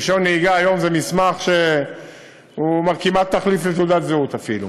רישיון נהיגה היום זה מסמך שהוא כמעט תחליף לתעודת זהות אפילו,